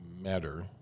matter—